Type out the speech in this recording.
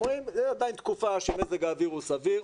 אומרים שזו עדיין תקופה שמזג האוויר הוא סביר,